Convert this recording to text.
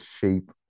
shape